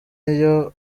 ayo